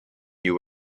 you